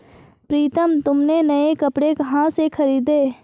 प्रितम तुमने नए कपड़े कहां से खरीदें?